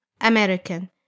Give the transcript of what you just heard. American